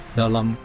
dalam